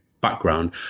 background